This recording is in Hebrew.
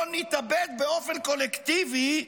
לא נתאבד באופן קולקטיבי,